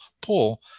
pull